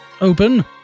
open